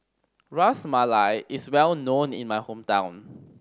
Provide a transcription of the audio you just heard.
Ras Malai is well known in my hometown